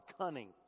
cunning